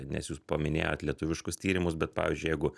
nes jūs paminėjot lietuviškus tyrimus bet pavyzdžiui jeigu